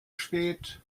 spät